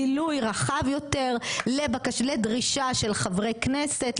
גילוי רחב יותר לדרישה של חברי כנסת,